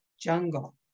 jungle